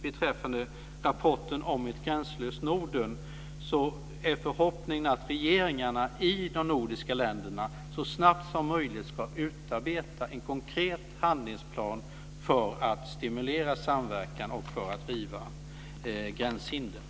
Beträffande rapporten om ett gränslöst Norden är förhoppningen att regeringarna i de nordiska länderna så snabbt som möjligt ska utarbeta en konkret handlingsplan för att stimulera samverkan och för att riva gränshinder.